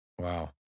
wow